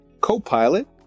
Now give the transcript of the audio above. co-pilot